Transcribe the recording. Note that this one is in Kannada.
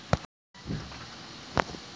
ಸರ್ ಯು.ಪಿ.ಐ ಕೋಡಿಗೂ ಬ್ಯಾಂಕ್ ಅಕೌಂಟ್ ಬೇಕೆನ್ರಿ?